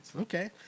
Okay